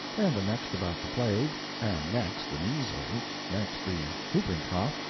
and the next about the plague, and next the measles, next the hooping cough,